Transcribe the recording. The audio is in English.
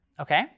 Okay